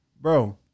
Bro